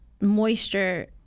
moisture